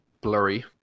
blurry